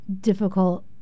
difficult